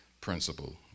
principle